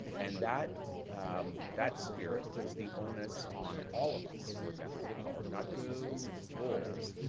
and that that spirit puts the onus on all of us who are members of the college, not just specific roles,